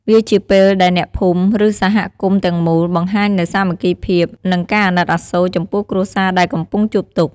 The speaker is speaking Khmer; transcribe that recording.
វាជាពេលដែលអ្នកភូមិឬសហគមន៍ទាំងមូល បង្ហាញនូវសាមគ្គីភាព និងការអាណិតអាសូរ ចំពោះគ្រួសារដែលកំពុងជួបទុក្ខ។